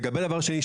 לגבי דבר שני,